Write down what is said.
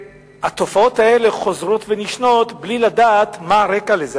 והתופעות האלה חוזרות ונשנות בלי לדעת מה הרקע לזה.